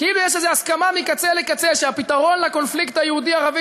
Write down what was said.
כאילו יש הסכמה מקצה לקצה שהפתרון לקונפליקט היהודי הערבי